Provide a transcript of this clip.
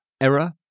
error